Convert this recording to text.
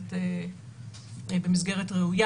במסגרת ראויה.